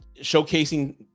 showcasing